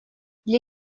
для